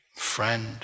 Friend